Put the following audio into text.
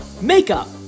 Makeup